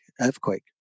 earthquake